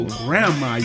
grandma